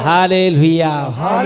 Hallelujah